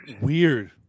weird